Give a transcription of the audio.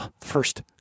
first